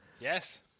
Yes